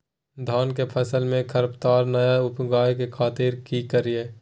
धान के फसल में खरपतवार नय उगय के खातिर की करियै?